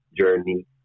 journey